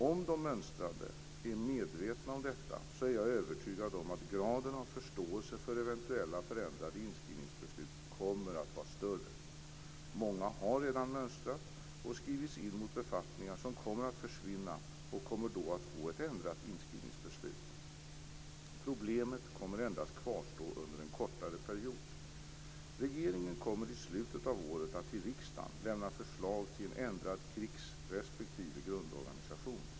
Om de mönstrande är medvetna om detta så är jag övertygad om att graden av förståelse för eventuella förändrade inskrivningsbeslut kommer att vara större. Många har redan mönstrat och skrivits in mot befattningar som kommer att försvinna och kommer då att få ett ändrat inskrivningsbeslut. Problemet kommer att kvarstå endast under en kortare period. Regeringen kommer i slutet av året att till riksdagen lämna förslag till en ändrad krigs respektive grundorganisation.